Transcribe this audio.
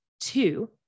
Two